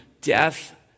death